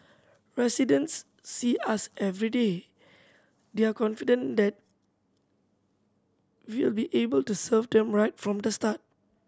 residents see us everyday they are confident that we will be able to serve them right from the start